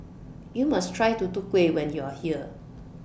YOU must Try Tutu Kueh when YOU Are here